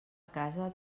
casa